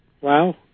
Wow